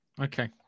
Okay